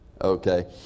Okay